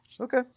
Okay